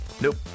Nope